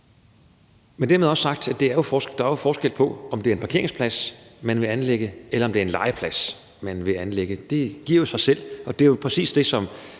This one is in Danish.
er det også sagt, at der jo er forskel på, om det er en parkeringsplads, man vil anlægge, eller om det er en legeplads, man vil anlægge. Det giver sig selv, og det er jo præcis det, der